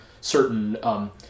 certain